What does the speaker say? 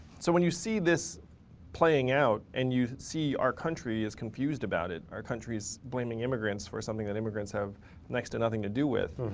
so when you see this playing out and you see our country is confused about it, our country is blaming immigrants for something that immigrants have next to nothing to do with.